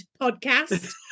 podcast